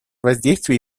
воздействие